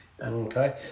Okay